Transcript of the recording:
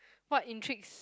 what intrigues